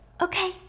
Okay